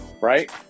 Right